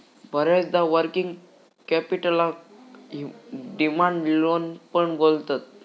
बऱ्याचदा वर्किंग कॅपिटलका demand loan पण बोलतत